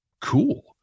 cool